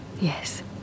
Yes